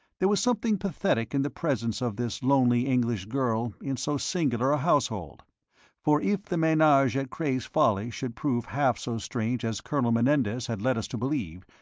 there was something pathetic in the presence of this lonely english girl in so singular a household for if the menage at cray's folly should prove half so strange as colonel menendez had led us to believe,